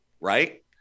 Right